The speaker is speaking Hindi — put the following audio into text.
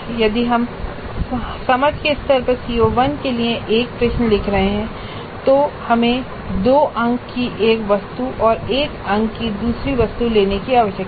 यदि हम समझ के स्तर पर CO1 के लिए एक प्रश्न लिख रहे हैं तो हमें 2 अंक की एक वस्तु और 1 अंक की दूसरी वस्तु लेने की आवश्यकता है